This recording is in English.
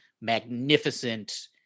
magnificent